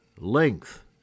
length